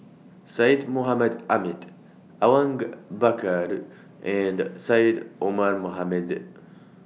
Syed Mohamed Ahmed Awang Bakar and Syed Omar Mohamed